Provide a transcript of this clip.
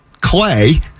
Clay